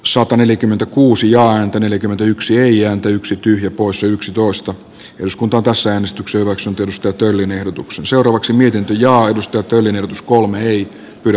sota neljäkymmentäkuusi ääntä neljäkymmentäyksi ja yksi tyhjä poissa yksitoista jos kunto taseen istuksivaksen tykistötulin ehdotuksen seuraavaksi minkä johdosta tyylinen skolme ei kyllä